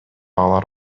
алар